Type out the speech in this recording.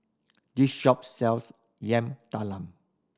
this shop sells Yam Talam